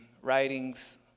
writings